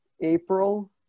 April